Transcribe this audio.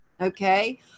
okay